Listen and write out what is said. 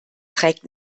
trägt